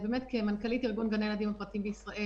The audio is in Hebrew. כמנכ"לית ארגון גני הילדים הפרטיים בישראל